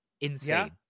Insane